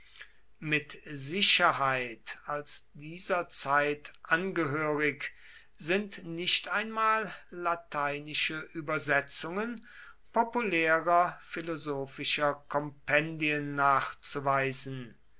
mit sicherheit als dieser zeit angehörig sind nicht einmal lateinische übersetzungen populärer philosophischer kompendien nachzuweisen